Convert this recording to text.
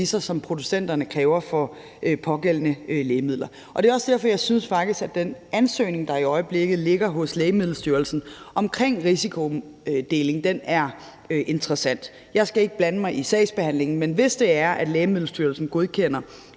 producenterne kræver for de pågældende lægemidler. Det er også derfor, jeg faktisk synes, at den ansøgning, der i øjeblikket ligger hos Lægemiddelstyrelsen omkring risikodeling, er interessant. Jeg skal ikke blande mig i sagsbehandlingen, men hvis Lægemiddelstyrelsen godkender